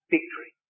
Victory